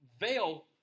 veil